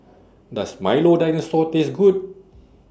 Does Milo Dinosaur Taste Good